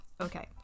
Okay